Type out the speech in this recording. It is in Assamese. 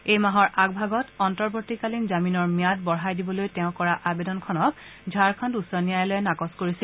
এই মাহৰ আগভাগত অন্তৱৰ্তীকালীন জামিনৰ ম্যাদ বঢ়াই দিবলৈ তেওঁ কৰা আবেদন খনক ঝাৰখণ্ড উচ্চ ন্যায়ালয়ে নাকচ কৰিছিল